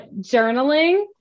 journaling